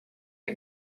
one